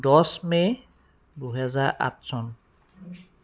দহ মে' দুহেজাৰ আঠ চন